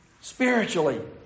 Spiritually